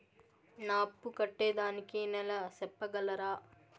నా అప్పు కట్టేదానికి నెల సెప్పగలరా?